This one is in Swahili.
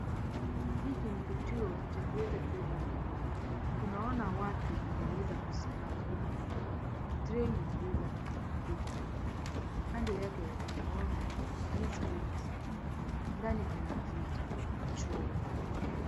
Hiki ni kituo cha kuweza kubeba abiria, tunaona watu wameweza kusimama kando treni ikiweza kupita kando yake, tunaona jinsi ilivyosafi ndani kuna viti, choo.